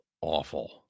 awful